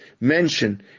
mention